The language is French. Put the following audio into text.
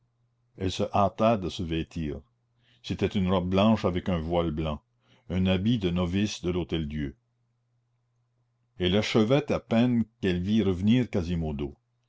elle se hâta de se vêtir c'était une robe blanche avec un voile blanc un habit de novice de l'hôtel-dieu elle achevait à peine qu'elle vit revenir quasimodo